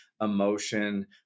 emotion